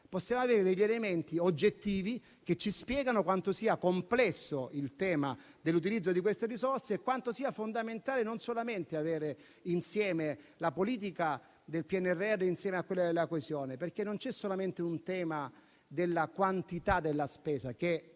Possiamo richiamare degli elementi oggettivi che ci spiegano quanto sia complesso il tema dell'utilizzo di queste risorse e quanto sia fondamentale non solamente avere insieme la politica del PNRR e quella della coesione, perché non c'è solamente un tema della quantità della spesa, che